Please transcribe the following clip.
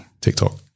TikTok